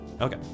Okay